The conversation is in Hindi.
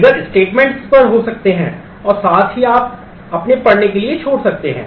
ट्रिगर statements पर हो सकते हैं और साथ ही आप अपने पढ़ने के लिए छोड़ सकते हैं